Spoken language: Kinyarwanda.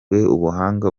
ubuhanga